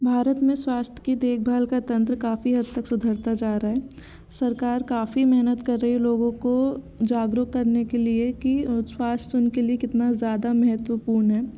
भारत में स्वास्थ्य की देखभाल का तंत्र काफ़ी हद तक सुधरता जा रहा है सरकार काफ़ी मेहनत कर रही है लोगों को जागरूक करने के लिए कि स्वास्थ्य उनके लिए कितना ज़्यादा महत्वपूर्ण है